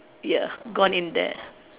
ya gone in there